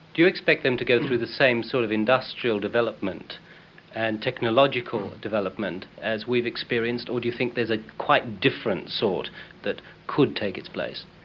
do you expect them to go through the same sort of industrial development and technological development as we've experienced? or do you think there is a quite different sort that could take its place?